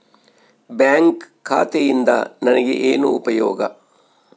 Bank ಖಾತೆಯಿಂದ ನನಗೆ ಏನು ಉಪಯೋಗ?